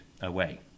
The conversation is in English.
away